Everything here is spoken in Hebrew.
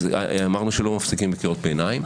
אמרנו שלא מפסיקים בקריאות ביניים.